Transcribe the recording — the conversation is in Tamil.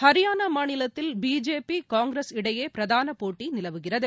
ஹரியானாமாநிலத்தில் பிஜேபி காங்கிரஸ் இடையேபிரதானபோட்டிநிலவுகிறது